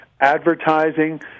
advertising